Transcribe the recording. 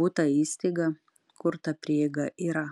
butą įstaigą kur ta prieiga yra